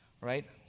right